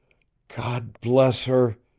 god bless her!